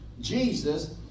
Jesus